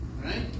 right